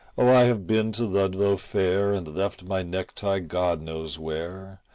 oh i have been to ludlow fair and left my necktie god knows where,